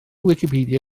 wicipedia